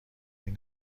این